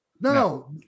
No